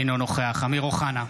אינו נוכח אמיר אוחנה,